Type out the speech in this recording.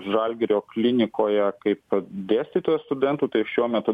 žalgirio klinikoje kaip dėstytojas studentų tai šiuo metu